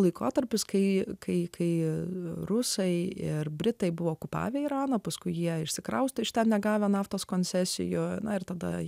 laikotarpis kai kai rusai ir britai buvo okupavę iraną paskui jie išsikraustė iš ten negavę naftos koncesijos na ir tada